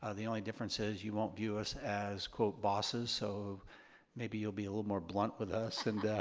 ah the only difference is you won't view us as quote bosses so maybe you'll be a little more blunt with us and